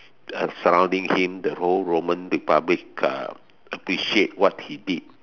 surrounding him the whole Roman republic uh appreciate what he did